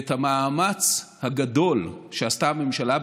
ואת המאמץ הגדול שעשתה הממשלה,